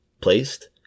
placed